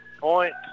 Point